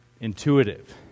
intuitive